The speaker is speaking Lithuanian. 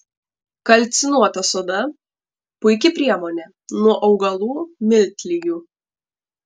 kalcinuota soda puiki priemonė nuo augalų miltligių